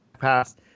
pass